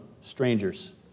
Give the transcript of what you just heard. strangers